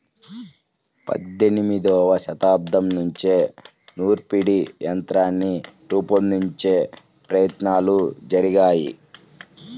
పద్దెనిమదవ శతాబ్దం నుంచే నూర్పిడి యంత్రాన్ని రూపొందించే ప్రయత్నాలు జరిగాయి